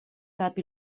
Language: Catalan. cap